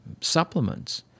supplements